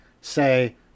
say